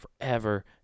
forever